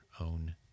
own